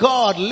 God